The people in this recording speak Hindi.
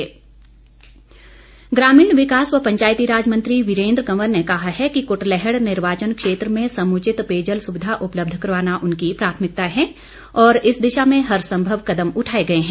वीरेन्द्र कंवर ग्रामीण विकास व पंचायतीराज मंत्री वीरेन्द्र कंवर ने कहा है कि कुटलैहड़ निर्वाचन क्षेत्र में समुचित पेयजल सुविधा उपलब्ध करवाना उनकी प्राथमिकता है और इस दिशा में हर संभव कदम उठाए गए हैं